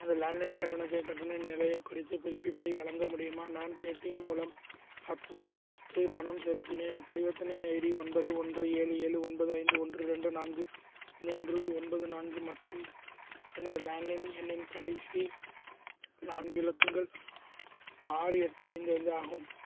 எனது லேண்ட்லைன் கட்டணத்தின் கட்டண நிலையைக் குறித்து புதுப்பிப்பை வழங்க முடியுமா நான் பேடிஎம் மூலம் ஹாத்வேக்கு பணம் செலுத்தினேன் பரிவர்த்தனை ஐடி ஒன்பது ஒன்று ஏழு ஏழு ஒன்பது ஐந்து ஒன்று ரெண்டு நான்கு மூன்று ஒன்பது நான்கு மற்றும் எனது லேண்ட்லைன் எண்ணின் கடைசி நான்கு இலக்கங்கள் ஆறு எட்டு ஐந்து ஐந்து ஆகும்